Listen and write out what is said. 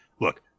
look